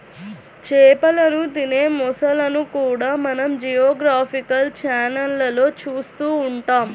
చేపలను తినే మొసళ్ళను కూడా మనం జియోగ్రాఫికల్ ఛానళ్లలో చూస్తూ ఉంటాం